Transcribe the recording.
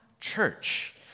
church